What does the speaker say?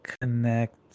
Connect